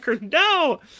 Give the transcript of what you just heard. No